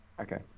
Okay